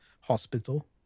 hospital